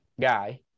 guy